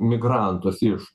migrantus iš